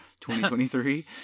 2023